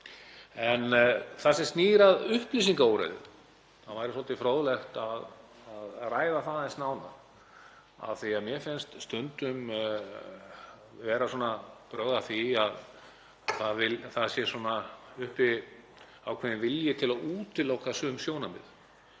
En það sem snýr að upplýsingaóreiðu væri svolítið fróðlegt að ræða aðeins nánar af því að mér finnst stundum vera brögð að því að það sé uppi ákveðinn vilji til að útiloka sum sjónarmið.